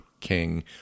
King